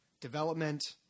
development